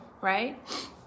right